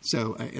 so and